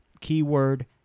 Keyword